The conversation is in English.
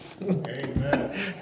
Amen